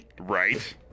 Right